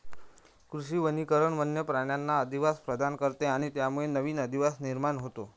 कृषी वनीकरण वन्य प्राण्यांना अधिवास प्रदान करते आणि त्यामुळे नवीन अधिवास निर्माण होतो